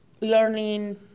learning